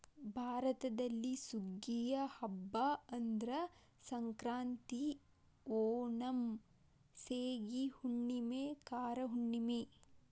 ಭಾರತದಲ್ಲಿ ಸುಗ್ಗಿಯ ಹಬ್ಬಾ ಅಂದ್ರ ಸಂಕ್ರಾಂತಿ, ಓಣಂ, ಸೇಗಿ ಹುಣ್ಣುಮೆ, ಕಾರ ಹುಣ್ಣುಮೆ